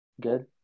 good